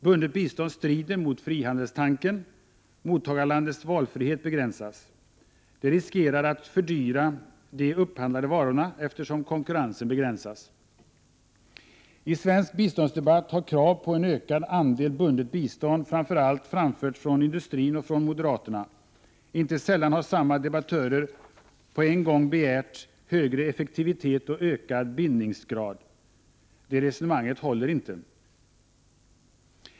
Bundet bistånd strider mot frihandelstanken. Mottagarlandets valfrihet begränsas. Det riskerar att fördyra de upphandlade varorna, eftersom konkurrensen begränsas. I svensk biståndsdebatt har krav på en ökad andel bundet bistånd framförts 7 från framför allt industrin och moderaterna. Inte sällan har samma debattörer på en gång begärt högre effektivitet och ökad bindningsgrad. Det resonemanget håller inte.